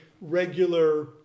regular